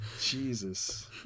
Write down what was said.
Jesus